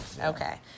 Okay